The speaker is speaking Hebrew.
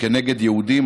כנגד יהודים.